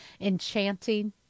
enchanting